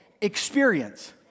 experience